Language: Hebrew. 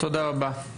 תודה רבה.